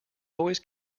always